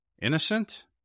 Innocent